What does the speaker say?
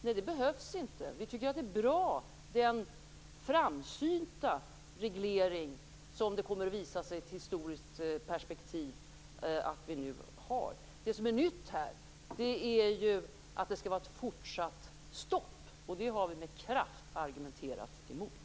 Nej, det behövs inte. Vi tycker att den framsynta reglering som nu finns är bra - och som det kommer att visa sig i ett historiskt perspektiv. Det nya är ett fortsatt stopp, och det har vi med kraft argumenterat emot.